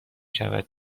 شود